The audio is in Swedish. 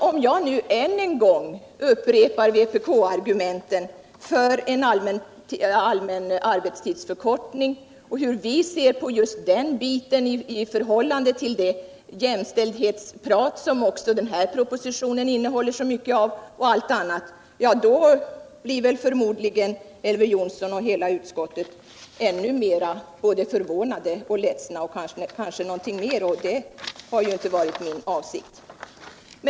Om jag nu än en gång upprepar vpk-argumenten för en allmän arbetstidsförkortning och talar om hur vi ser på just den biten i förhåltande till det jämställdhetsprat som också denna proposition innehåller så mycket av, blir Elver Jonsson och hela utskottet förmodligen än mer både förvånade och ledsna. Det har ju inte varit min avsikt.